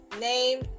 name